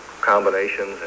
combinations